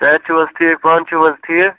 صحت چھُو حظ ٹھیٖک پانہٕ چھِو حَظ ٹھیٖک